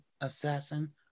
Assassin